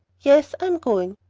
yes, i am going.